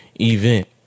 event